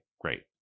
great